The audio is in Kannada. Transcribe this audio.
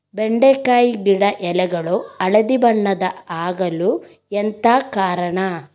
ಬೆಂಡೆಕಾಯಿ ಗಿಡ ಎಲೆಗಳು ಹಳದಿ ಬಣ್ಣದ ಆಗಲು ಎಂತ ಕಾರಣ?